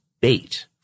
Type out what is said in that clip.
bait